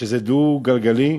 שזה דו-גלגלי,